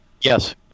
Yes